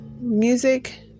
music